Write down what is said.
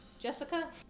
Jessica